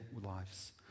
lives